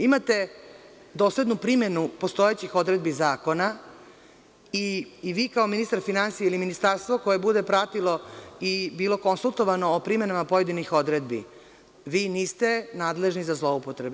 Imate doslednu primenu postojećih odredbi zakona i vi kao ministar finansija ili ministarstvo koje bude pratilo i bilo konsultovano o primenama pojedinih odredbi, vi niste nadležni za zloupotrebe.